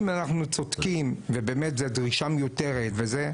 אם אנחנו צודקים ובאמת זו דרישה מיותרת וזה,